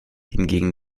hingegen